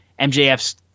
MJF's